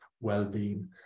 well-being